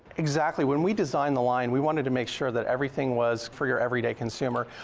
exactly, when we designed the line we wanted to make sure that everything was for your everyday consumer.